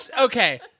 Okay